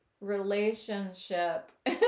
relationship